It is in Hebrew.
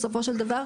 בסופו של דבר,